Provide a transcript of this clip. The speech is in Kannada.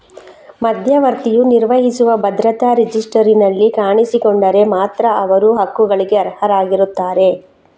ಮಧ್ಯವರ್ತಿಯು ನಿರ್ವಹಿಸುವ ಭದ್ರತಾ ರಿಜಿಸ್ಟರಿನಲ್ಲಿ ಕಾಣಿಸಿಕೊಂಡರೆ ಮಾತ್ರ ಅವರು ಹಕ್ಕುಗಳಿಗೆ ಅರ್ಹರಾಗಿರುತ್ತಾರೆ